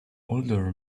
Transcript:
older